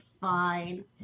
Fine